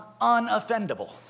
unoffendable